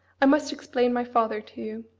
i must explain my father to you.